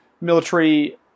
military